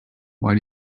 why